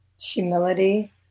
humility